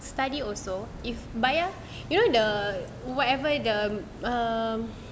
study also if bayar you know the whatever the um